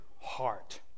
heart